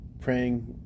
praying